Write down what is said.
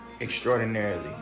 extraordinarily